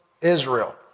Israel